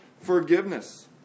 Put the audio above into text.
forgiveness